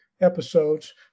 episodes